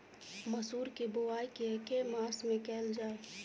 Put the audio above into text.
मसूर केँ बोवाई केँ के मास मे कैल जाए?